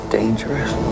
dangerous